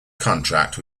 contract